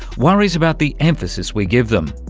worries about the emphasis we give them.